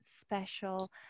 special